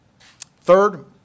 Third